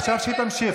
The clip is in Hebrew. עכשיו, שהיא תמשיך.